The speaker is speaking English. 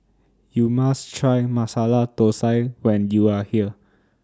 YOU must Try Masala Thosai when YOU Are here